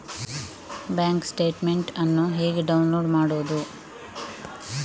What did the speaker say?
Bank statement ಅನ್ನು ಹೇಗೆ download ಮಾಡುವುದು?